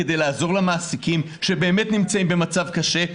כדי לעזור למעסיקים שבאמת נמצאים במצב קשה,